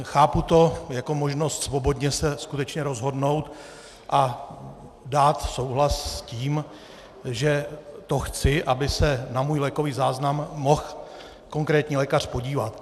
Chápu to jako možnost svobodně se skutečně rozhodnout a dát souhlas s tím, že chci, aby se na můj lékový záznam mohl konkrétní lékař podívat.